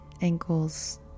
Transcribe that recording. ankles